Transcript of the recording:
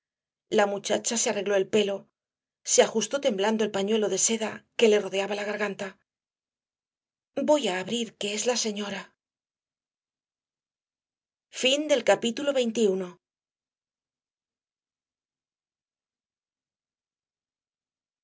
la muchacha se arregló el pelo se ajustó temblando el pañuelo de seda que le rodeaba la garganta voy á abrir que es la señora